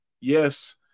Yes